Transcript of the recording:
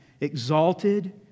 exalted